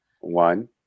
One